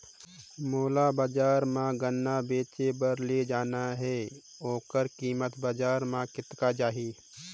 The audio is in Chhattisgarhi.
मोला बजार मां गन्ना बेचे बार ले जाना हे ओकर कीमत बजार मां कतेक जाही?